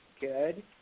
Good